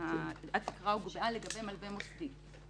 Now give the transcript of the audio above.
התקרה הוגבהה לגבי מלווה מוסדי.